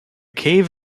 cave